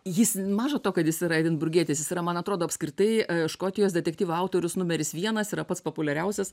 jis maža to kad jis yra edinburgietis jis yra man atrodo apskritai škotijos detektyvų autorius numeris vienas yra pats populiariausias